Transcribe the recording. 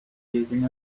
using